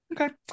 Okay